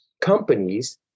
companies